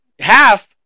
Half